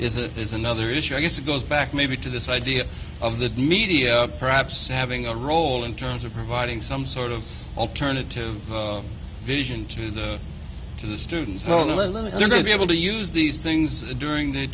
it is another issue i guess goes back maybe to this idea of the media perhaps having a role in terms of providing some sort of alternative vision to the to the students only limb is going to be able to use these things during the